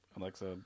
Alexa